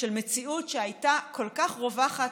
זו מציאות שהייתה כל כך רווחת,